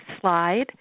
slide